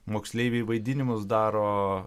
moksleiviai vaidinimus daro